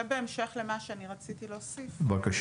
זה בהמשך למה שרציתי להוסיף על דברים